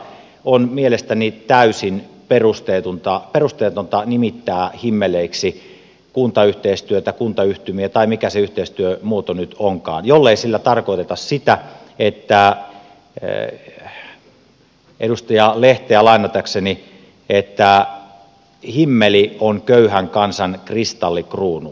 on mielestäni täysin perusteetonta nimittää himmeleiksi kuntayhteistyötä kuntayhtymiä tai mikä se yhteistyömuoto nyt onkaan jollei sillä tarkoiteta sitä edustaja lehteä lainatakseni että himmeli on köyhän kansan kristallikruunu